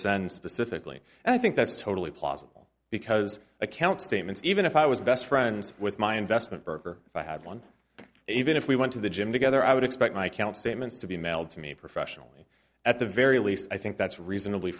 send specifically and i think that's totally plausible because account statements even if i was best friends with my investment broker if i had one even if we went to the gym together i would expect my account statements to be mailed to me professionally at the very least i think that's reasonably